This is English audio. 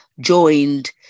joined